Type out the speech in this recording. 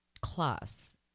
class